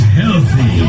healthy